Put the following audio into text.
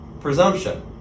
Presumption